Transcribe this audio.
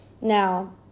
Now